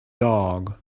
dog